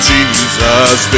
Jesus